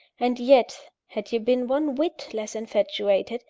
and yet, had you been one whit less infatuated,